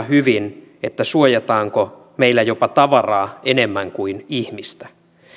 hyvin kysyä suojataanko meillä jopa tavaraa enemmän kuin ihmistä